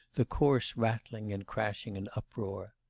the coarse rattling, and crashing, and uproar.